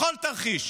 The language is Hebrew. לכל תרחיש.